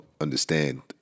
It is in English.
understand